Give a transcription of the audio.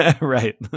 right